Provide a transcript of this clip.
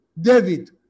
David